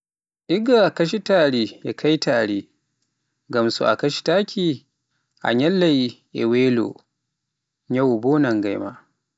Igga kacitaari e kaytaari, ngam so kaciyaayi a nyallai e welo, nyawu nangai ma.